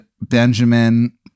Benjamin